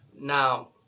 Now